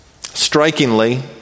Strikingly